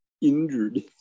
injured